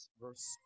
Verse